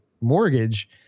mortgage